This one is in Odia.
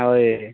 ହଁ ଏ